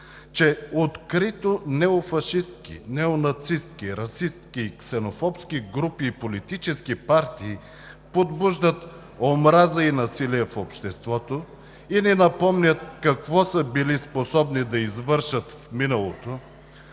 че открито неофашистки, неонацистки, расистки и ксенофобски групи и политически партии подбуждат омраза и насилие в обществото и ни напомнят какво са били способни да извършат в миналото,